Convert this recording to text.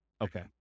Okay